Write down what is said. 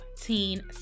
Teen